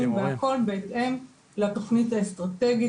והכל בהתאם לתוכנית האסטרטגית,